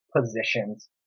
positions